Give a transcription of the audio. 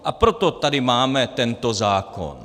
A proto tady máme tento zákon.